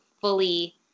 fully